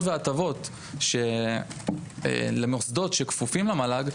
וההטבות שיש למוסדות שכפופים למל"ג,